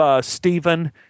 Stephen